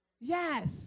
Yes